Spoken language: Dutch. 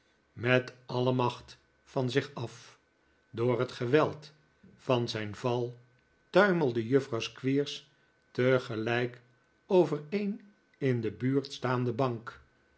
met alle macht van zich af door het geweld van zijn val tuimelde juffrouw squeers tegelijk over een in de buurt staande bank